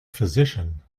physician